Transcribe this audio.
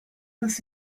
must